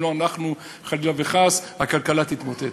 אם לא, אנחנו, חלילה וחס, הכלכלה תתמוטט.